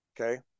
Okay